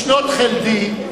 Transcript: בשנות חלדי,